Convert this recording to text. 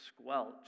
squelch